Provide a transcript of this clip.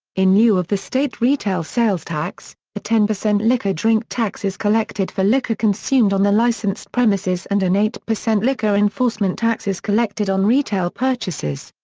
in lieu of the state retail sales tax, a ten percent liquor drink tax is collected for liquor consumed on the licensed premises and an eight percent liquor enforcement tax is collected on retail purchases.